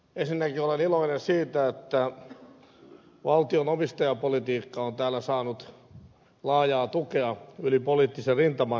ensinnäkin olen iloinen siitä että valtion omistajapolitiikka on täällä saanut laajaa tukea yli poliittisen rintaman